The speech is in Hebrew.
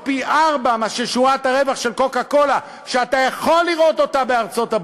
פי-ארבעה מאשר שורת הרווח של "קוקה-קולה" שאתה יכול לראות בארצות-הברית,